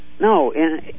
No